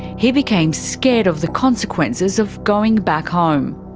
he became scared of the consequences of going back home.